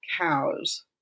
cows